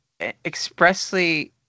expressly